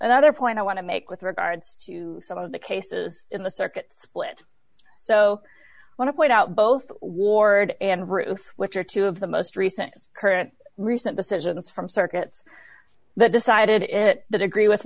another point i want to make with regards to some of the cases in the circuit split so when i point out both ward and ruth which are two of the most recent current recent decisions from circuits that decided it that agree with